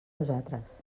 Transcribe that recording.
nosaltres